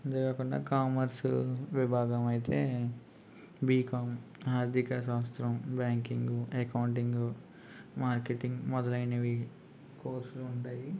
అంతేకాకుండా కామర్సు విభాగం అయితే బీకాం ఆర్థిక శాస్త్రం బ్యాంకింగ్ అకౌంటింగ్ మార్కెటింగ్ మొదలైనవి కోర్సులు ఉంటాయి